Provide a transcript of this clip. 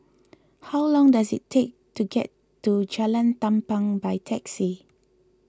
how long does it take to get to Jalan Tampang by taxi